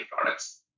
products